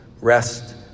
rest